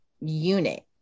unit